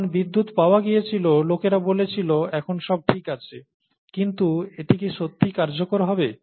যখন বিদ্যুৎ পাওয়া গিয়েছিল লোকেরা বলেছিল এখন সব ঠিক আছে কিন্তু এটি কি সত্যিই কার্যকর হবে